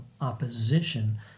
opposition